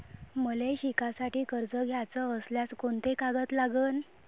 मले शिकासाठी कर्ज घ्याचं असल्यास कोंते कागद लागन?